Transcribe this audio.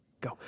Go